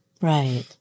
Right